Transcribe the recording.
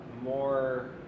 more